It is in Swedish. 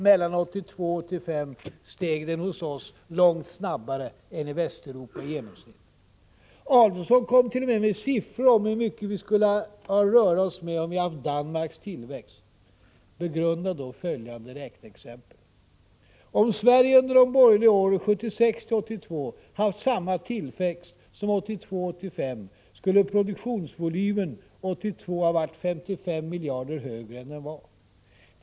Mellan 1982 och 1985 steg den hos oss långt snabbare än i Västeuropa i genomsnitt. Adelsohn kom t.o.m. med siffror om hur mycket vi skulle ha haft att röra oss med, om vi hade haft Danmarks tillväxt. Begrunda då följande räkneexempel! Om Sverige under de borgerliga åren 1976-1982 haft samma tillväxt som Prot. 1985/86:70 1982-1985, skulle produktionsvolymen 1982 ha varit 55 miljarder högre än 5 februari 1986 den var.